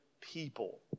people